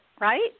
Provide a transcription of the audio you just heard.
Right